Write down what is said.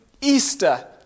Easter